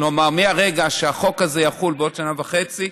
כלומר, מרגע שהחוק הזה יחול בעוד שנה וחצי,